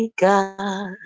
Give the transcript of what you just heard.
God